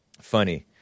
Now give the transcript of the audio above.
Funny